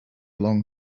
long